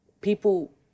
people